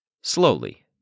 Slowly